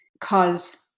cause